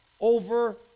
over